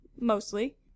Mostly